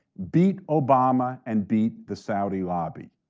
beat obama and beat the saudi lobby.